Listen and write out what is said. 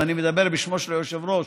ואני מדבר בשמו של היושב-ראש,